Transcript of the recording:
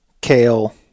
Kale